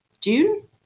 June